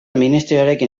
ministerioarekin